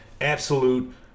absolute